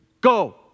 go